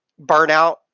burnout